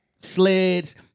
sleds